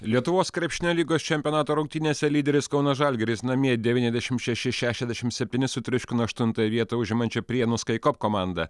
lietuvos krepšinio lygos čempionato rungtynėse lyderis kauno žalgiris namie devyniasdešimt šeši šešiasdešimt septyni sutriuškino aštuntąją vietą užimančią prienų skaikop komandą